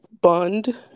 bond